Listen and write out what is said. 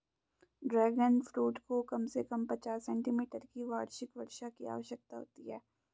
dragon fruit को कम से कम पचास सेंटीमीटर की वार्षिक वर्षा की आवश्यकता होती है